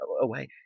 away